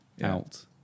out